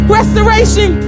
Restoration